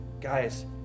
guys